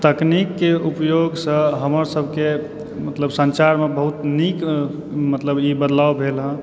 तकनीक के उपयोग सऽ हमर सबके मतलब संचार मे बहुत नीक मतलब ई बदलाव भेल हँ